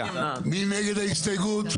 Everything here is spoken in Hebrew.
מי נגד ההסתייגות?